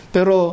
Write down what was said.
Pero